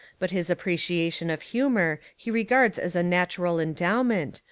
but his appreciation of humour he regards as a natural endowment,